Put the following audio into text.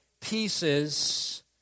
pieces